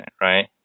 right